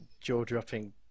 jaw-dropping